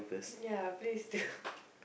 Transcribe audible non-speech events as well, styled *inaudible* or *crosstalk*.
ya please do *breath*